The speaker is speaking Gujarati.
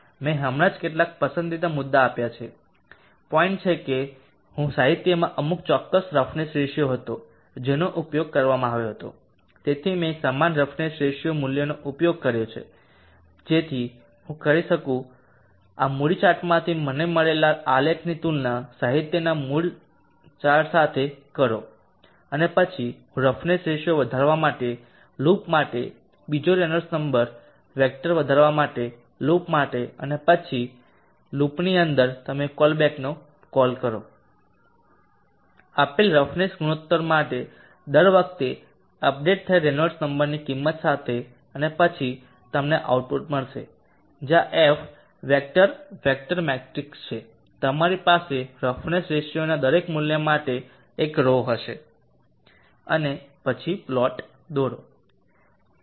મેં હમણાં જ કેટલાક પસંદીદા મુદ્દા આપ્યા છે પોઇન્ટ કે હું સાહિત્યમાં અમુક ચોક્કસ રફનેસ રેશિયો હતો જેનો ઉપયોગ કરવામાં આવ્યો હતો તેથી મેં સમાન રફનેસ રેશિયો મૂલ્યોનો ઉપયોગ કર્યો છે જેથી હું કરી શકું આ મૂડી ચાર્ટમાંથી મને મળેલા આલેખની તુલના સાહિત્યના મૂડ્ડ ચાર્ટ સાથે કરો અને પછી હું રફનેસ રેશિયો વધારવા માટે લૂપ માટે બીજો રેનોલ્ડ્સ નંબર વેક્ટર વધારવા માટે લૂપ માટે અને બીજા પછી લૂપની અંદર તમે કોલબ્રુકને કોલ કરો આપેલ રફનેસ ગુણોત્તર માટે દર વખતે અપડેટ થયેલ રેનોલ્ડ્સ નંબરની કિંમત સાથે અને પછી તમને આઉટપુટ મળશે જ્યાં એફ વેક્ટર વેક્ટર મેટ્રિક્સ છે તમારી પાસે રફનેસ રેશિયોના દરેક મૂલ્ય માટે એક રો હશે અને પછી પ્લોટ દોરો